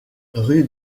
rue